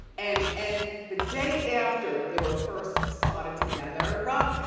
and and the day after they were first spotted together, ah